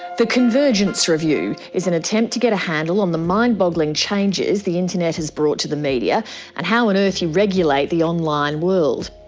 the convergence review is an attempt to get a handle on the mind-boggling changes the internet has brought to the media and how on earth you regulate the online world.